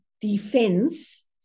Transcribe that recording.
defense